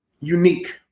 unique